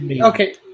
Okay